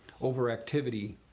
overactivity